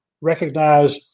recognize